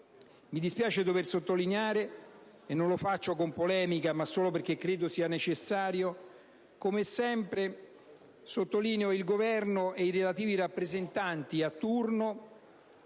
Mi dispiace dover rilevare - e non lo faccio con polemica, ma solo perché credo che sia necessario - che come sempre il Governo e i relativi rappresentanti di turno